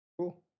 Cool